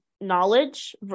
knowledge